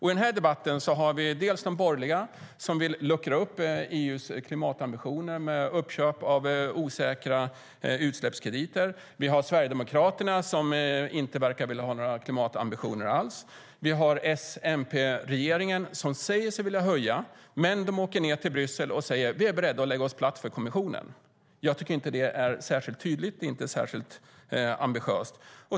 I den här debatten har vi de borgerliga som vill luckra upp EU:s klimatambitioner med uppköp av osäkra utsläppskrediter, vi har Sverigedemokraterna som inte verkar vilja ha några klimatambitioner alls och vi har S-MP-regeringen som säger sig vilja höja. Men de åker ned till Bryssel och säger: Vi är beredda att lägga oss platt för kommissionen. Jag tycker inte att det är särskilt tydligt, och det är inte särskilt ambitiöst.